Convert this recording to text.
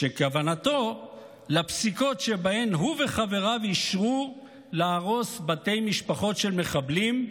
וכוונתו לפסיקות שבהן הוא וחבריו אישרו להרוס בתי משפחות של מחבלים,